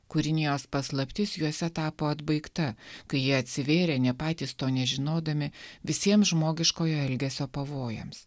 kūrinijos paslaptis juose tapo atbaigta kai jie atsivėrė nė patys to nežinodami visiems žmogiškojo elgesio pavojams